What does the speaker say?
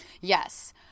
Yes